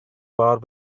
bar